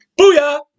Booyah